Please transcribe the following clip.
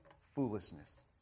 foolishness